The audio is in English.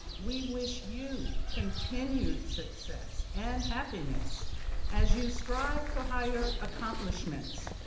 we wish you continued success and happiness as you strive for higher accomplishments.